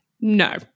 no